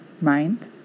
Mind